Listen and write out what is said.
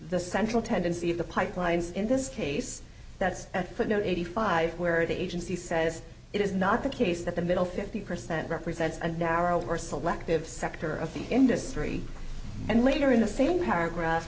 the central tendency of the pipelines in this case that's a footnote eighty five where the agency says it is not the case that the middle fifty percent represents a narrow or selective sector of the industry and later in the same paragraph